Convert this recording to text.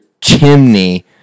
chimney